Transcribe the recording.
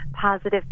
Positive